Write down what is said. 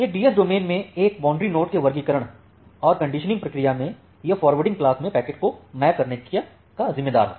एक DS domain में एक बौन्द्री नोड के वर्गीकरण और कंडीशनिंग प्रक्रिया में यह फोर्वार्डिंग क्लास में पैकेट को मैप करने का जिम्मेदार होता है